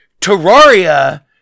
Terraria